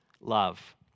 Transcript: love